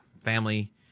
family